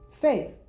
Faith